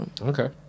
Okay